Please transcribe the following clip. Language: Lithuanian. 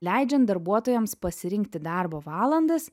leidžiant darbuotojams pasirinkti darbo valandas